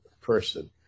person